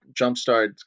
jumpstart